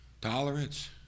Tolerance